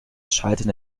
scheitern